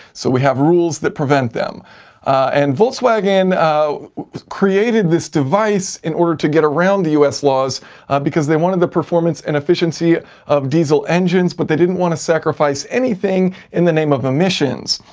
so we have rules that prevent them and volkswagen created this device in order to get around the us laws because they wanted the performance and efficiency of diesel engines but they didn't want to sacrifice anything in the name of emissions,